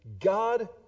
God